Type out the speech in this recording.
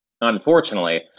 unfortunately